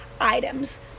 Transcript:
items